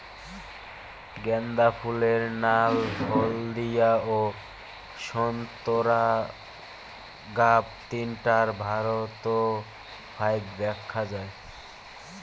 গ্যান্দা ফুলের নাল, হলদিয়া ও সোন্তোরা গাব তিনটায় ভারতত ফাইক দ্যাখ্যা যায়